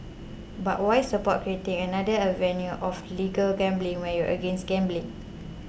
but why support creating another avenue of legal gambling when you're against gambling